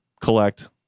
collect